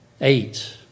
Eight